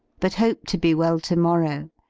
but hope to be well to-morrow,